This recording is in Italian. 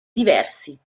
diversi